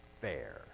fair